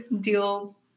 deal